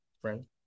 friend